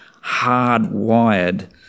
hardwired